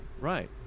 Right